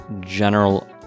general